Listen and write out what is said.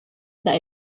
that